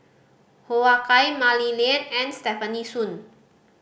Hoo Ah Kay Mah Li Lian and Stefanie Sun